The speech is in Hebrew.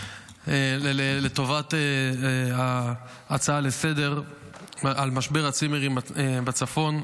לטובת ההצעה לסדר-היום על משבר הצימרים בצפון,